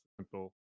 simple